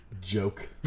joke